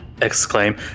exclaim